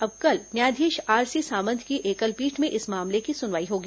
अब कल न्यायाधीश आरसी सामंत की एकलपीठ में इस मामले की सुनवाई होगी